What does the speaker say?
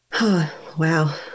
wow